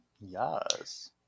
Yes